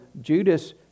Judas